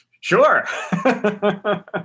sure